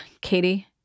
Katie